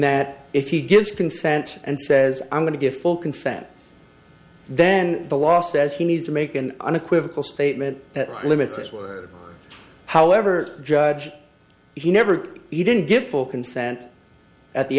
that if he gives consent and says i'm going to give full consent then the law says he needs to make an unequivocal statement limits as well however judge he never he didn't give full consent at the